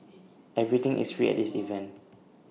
everything is free at this event